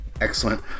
Excellent